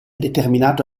determinato